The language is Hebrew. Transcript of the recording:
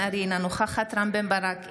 אינה נוכחת מיכאל מרדכי